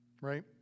right